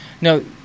no